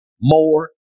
more